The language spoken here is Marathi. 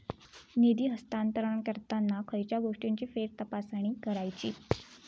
निधी हस्तांतरण करताना खयच्या गोष्टींची फेरतपासणी करायची?